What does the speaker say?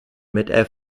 mit